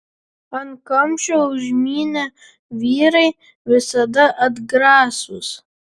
ant kamščio užmynę vyrai visada atgrasūs